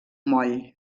moll